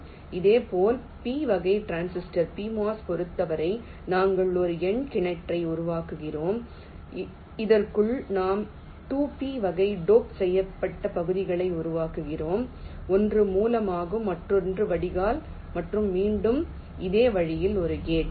இதேபோல் P வகை transistor PMOSப் பொறுத்தவரை நாங்கள் ஒரு N கிணற்றை உருவாக்குகிறோம் இதற்குள் நாம் 2 P வகை டோப் செய்யப்பட்ட பகுதிகளை உருவாக்குகிறோம் ஒன்று மூலமாகும் மற்றொன்று வடிகால் மற்றும் மீண்டும் இதே வழியில் ஒரு கேட்